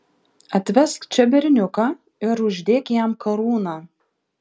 atvesk čia berniuką ir uždėk jam karūną